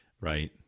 Right